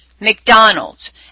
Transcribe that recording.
McDonald's